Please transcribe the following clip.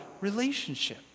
relationship